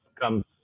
comes